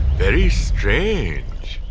very strange.